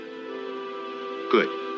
Good